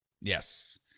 Yes